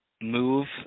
move